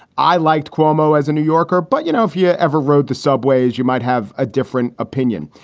i liked cuomo as a new yorker. but, you know, if you ever rode the subways, you might have a different opinion.